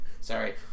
Sorry